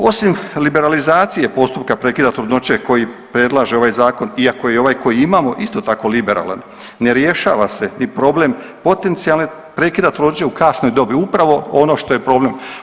Osim liberalizacije postupka prekida trudnoće koji predlaže ovaj zakon iako je ovaj koji imamo isto tako liberalan ne rješava se ni problem potencijalnog prekida trudnoće u kasnoj dobi upravo ono što je problem.